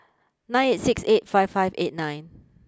nine eight six eight five five eight nine